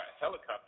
helicopter